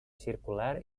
circular